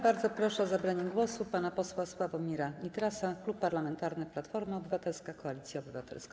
Bardzo proszę o zabranie głosu pana posła Sławomira Nitrasa, Klub Parlamentarny Platforma Obywatelska - Koalicja Obywatelska.